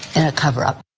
in a cover up.